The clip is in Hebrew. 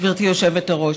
גברתי היושבת-ראש.